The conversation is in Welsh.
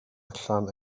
allan